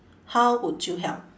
how would you help